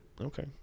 Okay